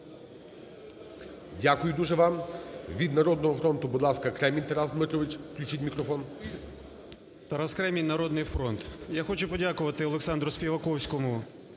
Дякую дуже вам. Від "Народного фронту", будь ласка, Кремінь Тарас Дмитрович. Включіть мікрофон. 10:57:25 КРЕМІНЬ Т.Д. Тарас Кремінь, "Народний фронт". Я хочу подякувати Олександру Співаковському